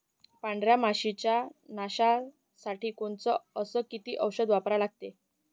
पांढऱ्या माशी च्या नाशा साठी कोनचं अस किती औषध वापरा लागते?